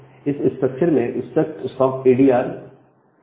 इस स्ट्रक्चर में struct sock ADDR in struct sockaddr IN है